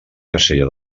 casella